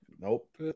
Nope